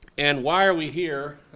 and why are we here,